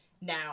now